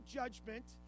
judgment